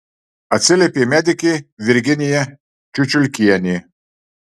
atsiliepė medikė virginija čiučiulkienė